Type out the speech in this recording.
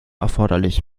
erforderlich